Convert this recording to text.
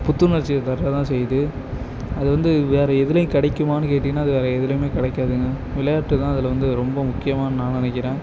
புத்துணர்ச்சியை தர தான் செய்யுது அது வந்து வேற எதிலையும் கிடைக்குமான்னு கேட்டிங்கன்னா அது வேற எதிலையுமே கிடைக்காதுங்க விளையாட்டு தான் இதில் வந்து ரொம்ப முக்கியமாக நான் நினைக்கிறேன்